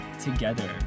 together